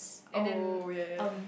oh yea yea yea